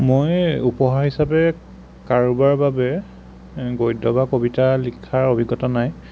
মই উপহাৰ হিচাপে কাৰোবাৰ বাবে গদ্য বা কবিতা লিখাৰ অভিজ্ঞতা নাই